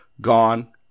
Gone